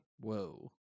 Whoa